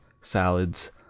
salads